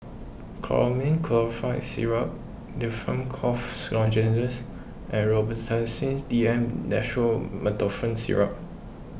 Chlormine Chlorpheniramine Syrup Difflam Cough Lozenges and Robitussin D M Dextromethorphan Syrup